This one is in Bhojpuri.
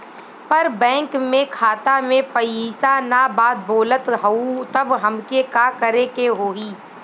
पर बैंक मे खाता मे पयीसा ना बा बोलत हउँव तब हमके का करे के होहीं?